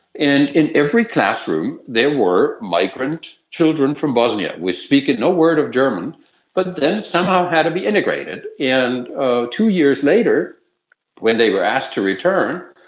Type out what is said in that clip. and in every classroom there were migrant children from bosnia, speaking no word of german but then somehow had to be integrated. and two years later when they were asked to return,